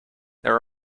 there